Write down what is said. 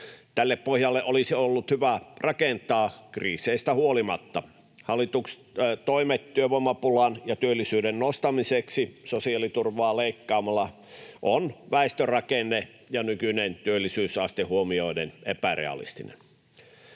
Tälle pohjalle olisi ollut hyvä rakentaa kriiseistä huolimatta. Hallituksen toimet työvoimapulaan ja työllisyyden nostamiseksi sosiaaliturvaa leikkaamalla ovat, väestörakenne ja nykyinen työllisyysaste huomioiden, epärealistisia.